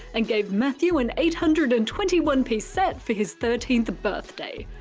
and gave matthew an eight hundred and twenty one piece set for his thirteenth birthday.